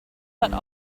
bought